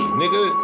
nigga